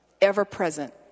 Ever-present